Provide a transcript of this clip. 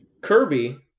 Kirby